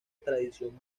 tradición